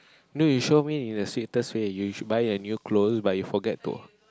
no you show me the safest way you should buy a new clothes but you forget to